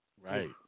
Right